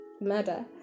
murder